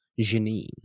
Janine